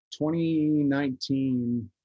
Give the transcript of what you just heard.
2019